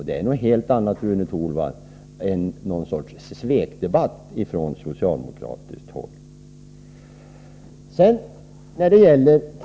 Det är, Rune Torwald, någonting helt annat än en svekdebatt från socialdemokratiskt håll.